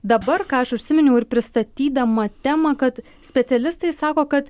dabar ką aš užsiminiau ir pristatydama temą kad specialistai sako kad